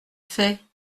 fait